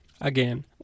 Again